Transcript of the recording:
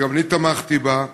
שגם אני תמכתי בה,